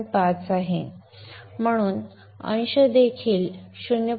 5 आहे म्हणून न्यूमरेटर देखील 0